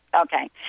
okay –